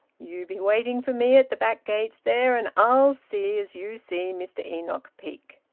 you be waiting for me at the back gates there, and i'll see as you see mr enoch peake.